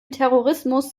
terrorismus